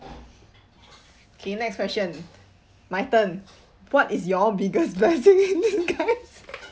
K next question my turn what is your biggest blessing in disguise